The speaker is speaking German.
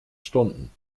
stunden